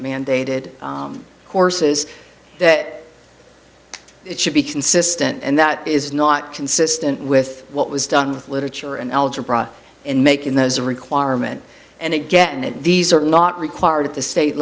mandate id courses that it should be consistent and that is not consistent with what was done with literature and algebra and making those a requirement and again these are not required at the state